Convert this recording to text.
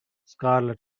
scarlet